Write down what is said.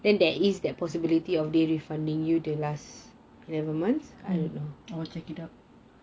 I will check it out